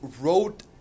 wrote